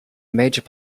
major